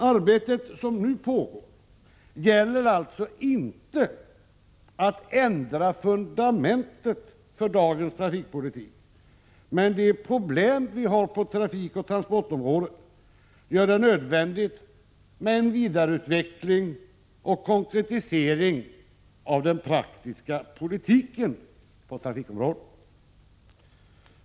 Arbetet som nu pågår gäller alltså inte bölir att ändra fundamentet för dagens trafikpolitik, men de problem vi har på trafikoch transportområdet gör det nödvändigt med en vidareutveckling och konkretisering av den praktiska politiken på trafikområdet.